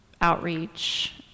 outreach